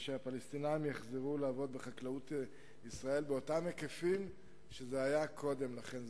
והפלסטינים יחזרו לעבוד בחקלאות בישראל בהיקף שהיה קודם לכן.